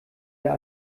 der